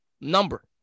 number